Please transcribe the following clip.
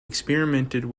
experimented